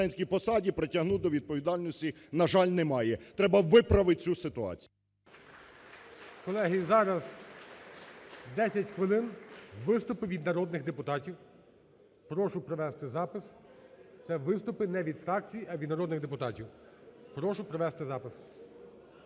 Колеги, зараз 10 хвилин виступи від народних депутатів. Прошу провести запис, це виступи не від фракцій, а від народних депутатів, прошу провести запис.